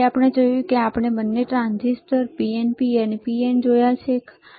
પછી આપણે જોયું કે આપણે બંને ટ્રાન્ઝિસ્ટર PNP NPN ટ્રાન્ઝિસ્ટર જોયા છે ખરું